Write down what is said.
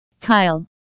Kyle